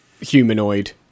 humanoid